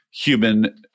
human